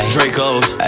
Draco's